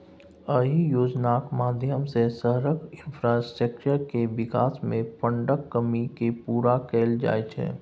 अहि योजनाक माध्यमसँ शहरक इंफ्रास्ट्रक्चर केर बिकास मे फंडक कमी केँ पुरा कएल जाइ छै